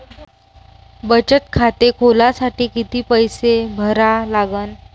बचत खाते खोलासाठी किती पैसे भरा लागन?